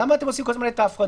למה אתם עושים כל הזמן את ההפרדה,